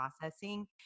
processing